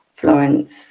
Florence